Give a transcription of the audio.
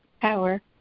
power